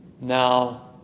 now